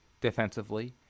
defensively